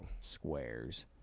Squares